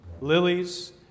lilies